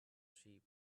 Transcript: sheep